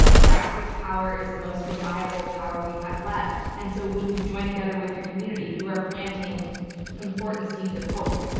grassroots power is the most reliable power we have left. and so when you join together with your community, you are planting important seeds of hope.